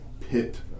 pit